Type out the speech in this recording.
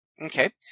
Okay